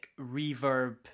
reverb